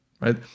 right